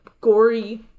gory